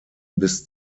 bis